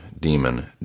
Demon